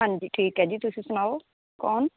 ਹਾਂਜੀ ਠੀਕ ਹੈ ਜੀ ਤੁਸੀਂ ਸੁਣਾਓ ਕੋਣ